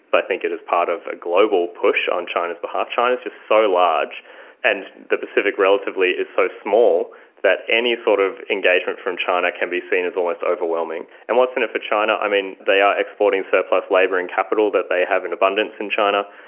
but i think it is part of a global push on china's behalf. china's just so large and the pacific relatively is so small that any sort of engagement from china can be seen as almost overwhelming. and what's in it for china? i mean, there they are exporting surplus labour and capital that they have in abundance in china,